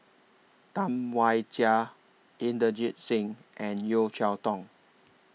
Tam Wai Jia Inderjit Singh and Yeo Cheow Tong